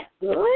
good